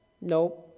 Nope